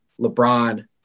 LeBron